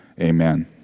Amen